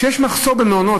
כשיש מחסור במעונות,